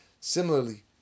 Similarly